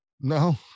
No